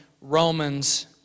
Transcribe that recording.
Romans